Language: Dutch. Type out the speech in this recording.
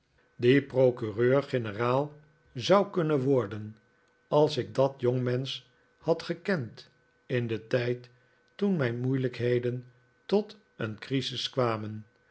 reur generaal zou kunnen worden als ik dat jongemensch had gekend in den tijd toen mijn moeilijkheden tot een crisis kwamen